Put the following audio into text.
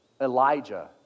Elijah